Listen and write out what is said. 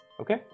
Okay